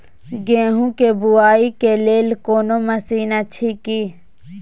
गेहूँ के बुआई के लेल कोनो मसीन अछि की?